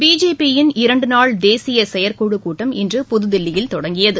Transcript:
பிஜேபியின் இரண்டு நாள் தேசிய செயற்குழுக் கூட்டம் இன்று புதுதில்லியில் தொடங்கியது